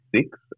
six